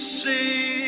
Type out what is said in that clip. see